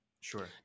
Sure